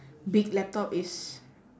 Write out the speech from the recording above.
big laptop is